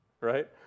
right